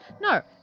No